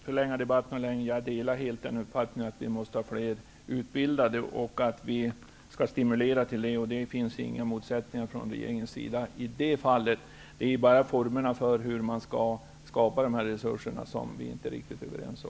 Herr talman! Jag delar helt uppfattningen att det behövs fler utbildade och att vi skall stimulera till det. Regeringen har ingen annan uppfattning i det fallet. Det är bara formerna för hur man skall skapa de här resurserna som vi inte är riktigt överens om.